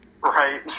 Right